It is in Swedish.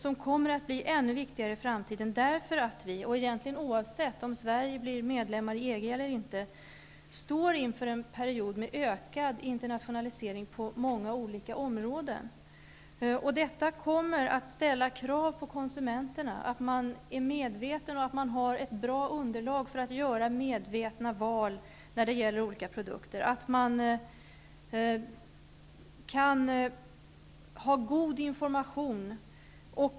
Det kommer att bli ännu viktigare i framtiden, därför att vi, egentligen oavsett om Sverige blir medlem i EG eller inte, står inför en period med ökad internationalisering på många olika områden. Detta kommer att ställa krav på konsumenterna, att de är medvetna och har ett bra underlag för att göra medvetna val när det gäller olika produkter, att de har tillgång till god information.